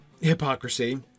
hypocrisy